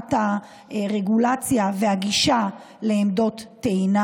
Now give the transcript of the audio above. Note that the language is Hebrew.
בהנחת הרגולציה והגישה לעמדות טעינה.